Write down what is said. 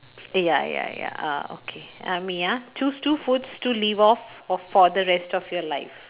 ya ya ya uh okay uh me ya choose two foods to live off off for the rest of your life